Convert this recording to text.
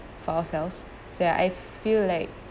for ourselves so ya I feel like